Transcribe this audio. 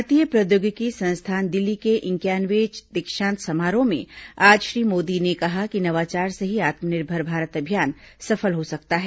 भारतीय प्रौद्योगिकी संस्थान दिल्ली के इंक्यावनवें दीक्षांत समारोह में आज श्री मोदी कहा कि नवाचार से ही आत्मनिर्भर भारत अभियान सफल हो सकता है